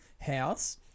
house